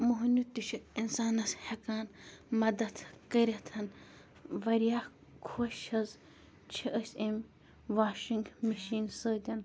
موہنیوٗ تہِ چھِ اِنسانَس ہٮ۪کان مَدد کٔرِتھ واریاہ خۄش حظ چھِ أسۍ امہِ واشِنٛگ مشیٖن سۭتۍ